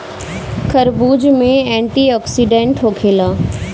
खरबूज में एंटीओक्सिडेंट होखेला